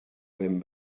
ben